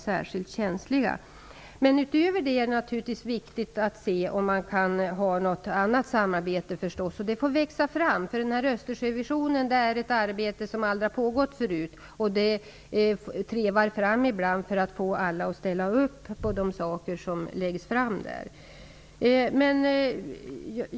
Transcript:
Därutöver är det naturligtvis viktigt att undersöka om man kan ha något annat samarbete. Det får växa fram. Östersjövisionen är ett arbete som aldrig har pågått förut. Man får ibland treva sig fram för att få alla att ställa upp på de saker som läggs fram.